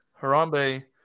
Harambe